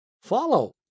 follow